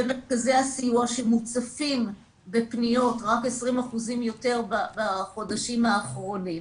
במרכזי הסיוע שמוצפים בפניות 20% יותר בחודשים האחרונים,